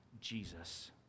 Jesus